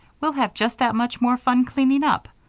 we'll have just that much more fun cleaning up.